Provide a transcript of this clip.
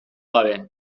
gabe